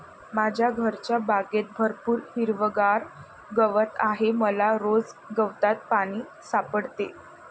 माझ्या घरच्या बागेत भरपूर हिरवागार गवत आहे मला रोज गवतात पाणी सापडते